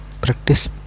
practice